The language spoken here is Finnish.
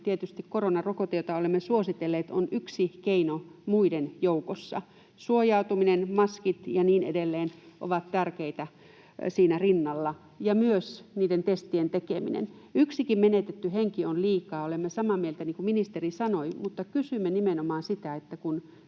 Tietysti koronarokote, jota olemme suositelleet, on yksi keino muiden joukossa. Suojautuminen, maskit ja niin edelleen ovat tärkeitä siinä rinnalla, ja myös niiden testien tekeminen. Yksikin menetetty henki on liikaa, olemme samaa mieltä siitä, mitä ministeri sanoi, mutta kysymme nimenomaan sitä, että kun